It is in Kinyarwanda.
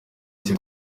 ati